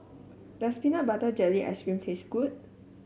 does Peanut Butter Jelly Ice cream taste good